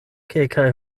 kelkaj